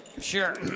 Sure